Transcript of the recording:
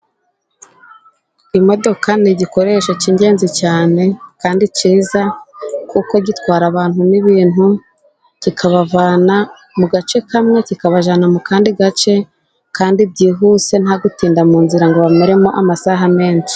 Imodoka ni igikoresho cy'ingenzi cyane kandi cyiza kuko gitwara abantu n'ibintu, kikabavana mu gace kamwe kikabajyana mu kandi gace kandi byihuse nta gutinda mu nzira ngo bamaremo amasaha menshi.